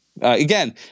again